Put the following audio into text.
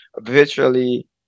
virtually